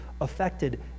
affected